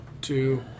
two